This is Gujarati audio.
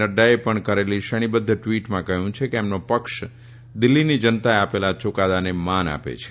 નડૃાએ પણ કરેલી શ્રેણી બધ્ધ ટવીટમાં કહ્યું છે કે તેમનો પક્ષ દિલ્હીની જનતાએ આપેલા યુકાદાને માન આપે છે